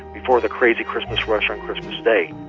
before the crazy christmas rush on christmas day